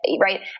right